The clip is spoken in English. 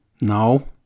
no